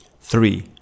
three